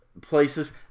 places